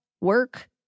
work